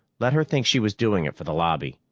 let her think she was doing it for the lobby!